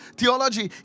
theology